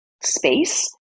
space